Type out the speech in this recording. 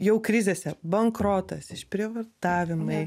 jau krizėse bankrotas išprievartavimai